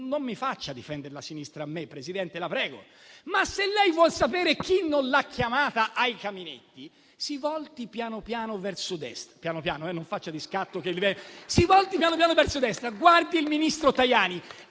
non faccia difendere la sinistra a me, Presidente, la prego. Ma, se lei vuol sapere chi non l'ha chiamata ai caminetti, si volti piano piano verso destra (piano piano,